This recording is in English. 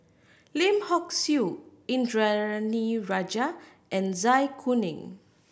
Lim Hock Siew Indranee Rajah and Zai Kuning